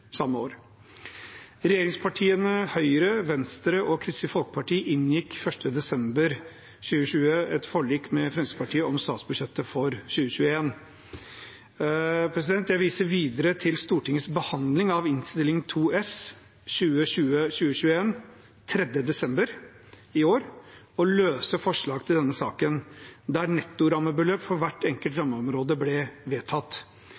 samme år. Regjeringspartiene Høyre, Venstre og Kristelig Folkeparti inngikk den 1. desember 2020 et forlik med Fremskrittspartiet om statsbudsjettet for 2021. Jeg viser videre til Stortingets behandling av Innst. 2 S for 2020–2021 den 3. desember i år og løse forslag til den saken, der netto rammebeløp for hvert enkelt rammeområde ble vedtatt.